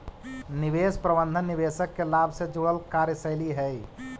निवेश प्रबंधन निवेशक के लाभ से जुड़ल कार्यशैली हइ